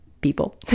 people